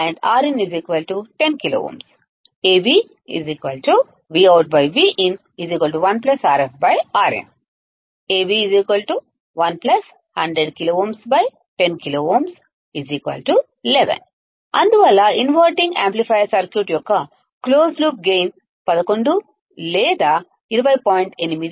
కాబట్టి ఇవ్వబడింది అందువల్ల ఇన్వర్టింగ్ యాంప్లిఫైయర్ సర్క్యూట్ యొక్క క్లోజ్డ్ లూప్ గైన్ 11 లేదా 20